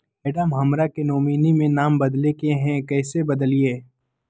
madam, हमरा के nominee में नाम बदले के हैं, कैसे बदलिए